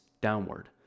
downward